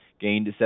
gained